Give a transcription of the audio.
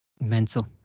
Mental